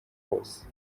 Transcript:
hose